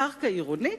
"'קרקע עירונית'